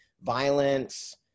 violence